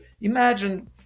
imagine